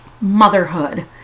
motherhood